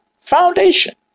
foundation